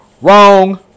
Wrong